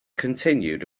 continued